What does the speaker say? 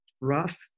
rough